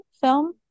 film